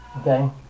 okay